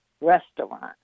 restaurant